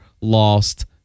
lost